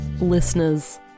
listeners